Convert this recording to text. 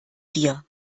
dir